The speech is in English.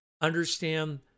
understand